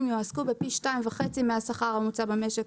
יועסקו בפי 2.5 מהשכר הממוצע במשק.